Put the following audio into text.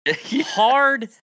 Hard